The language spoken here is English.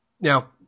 now